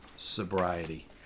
sobriety